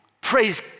Praise